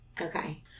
Okay